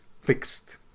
fixed